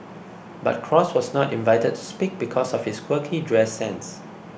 but cross was not invited to speak because of his quirky dress sense